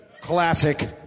Classic